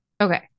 okay